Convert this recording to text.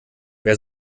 wer